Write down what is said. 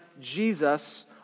Jesus